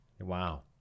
Wow